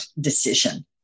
decision